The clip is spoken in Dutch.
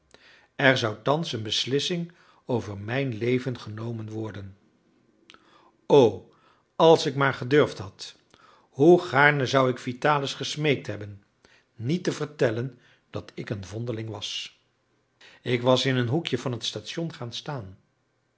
er zou thans een beslissing over mijn leven genomen worden o als ik maar gedurfd had hoe gaarne zou ik vitalis gesmeekt hebben niet te vertellen dat ik een vondeling was ik was in een hoekje van het station gaan staan